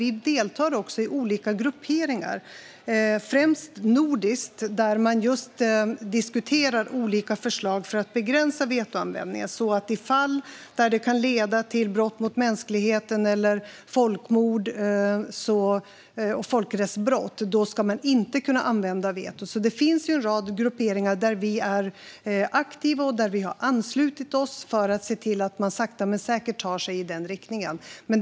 Vi deltar i olika grupperingar, främst nordiska, där vi diskuterar olika förslag för att begränsa vetoanvändningen. I fall där det kan leda till brott mot mänskligheten, folkmord eller folkrättsbrott ska man inte kunna använda veto. Det finns alltså en rad grupperingar där vi är aktiva och där vi har anslutit oss för att se till att man sakta men säkert tar sig i den riktningen.